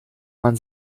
man